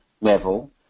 level